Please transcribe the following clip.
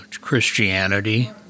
Christianity